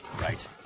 Right